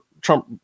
Trump